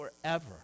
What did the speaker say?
forever